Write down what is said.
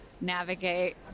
navigate